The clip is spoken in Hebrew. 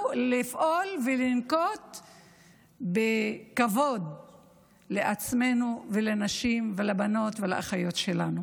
לפעול ולנהוג כבוד בעצמנו ובנשים ובבנות ובאחיות שלנו.